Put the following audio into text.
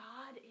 God